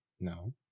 No